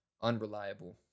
unreliable